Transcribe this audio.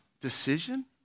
decision